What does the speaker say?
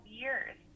years